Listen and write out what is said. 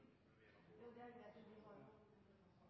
vil jo selvfølgelig reiselivsaktørene ha,